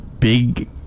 big